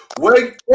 Wake